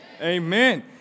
Amen